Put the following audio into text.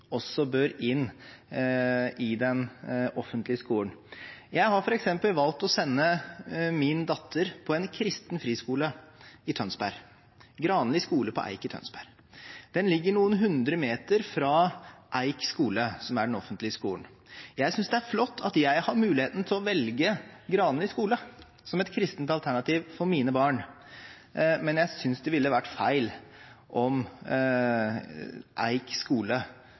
også bør inn i den offentlige skolen. Jeg har f.eks. valgt å sende min datter på en kristen friskole i Tønsberg, Granly skole på Eik i Tønsberg. Den ligger noen hundre meter fra Eik skole, som er den offentlige skolen. Jeg synes det er flott at jeg har muligheten til å velge Granly skole som et kristent alternativ for mine barn, men jeg synes det ville vært feil om Eik skole